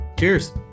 Cheers